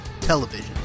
television